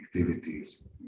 activities